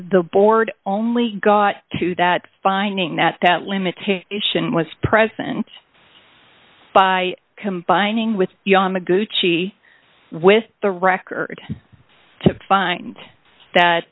the board only got to that finding that that limitation was present by combining with yamaguchi with the record to find that